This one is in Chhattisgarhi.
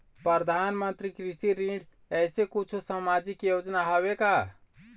परधानमंतरी कृषि ऋण ऐसे कुछू सामाजिक योजना हावे का?